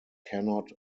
cannot